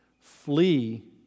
flee